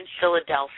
philadelphia